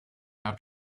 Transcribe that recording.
how